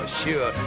sure